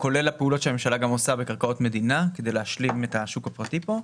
כולל הפעולות שהממשלה עושה בקרקעות מדינה כדי להשלים את השוק הפרטי כאן,